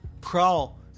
Crawl